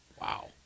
Wow